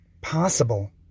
possible